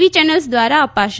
વી channels દ્વારા અપાશે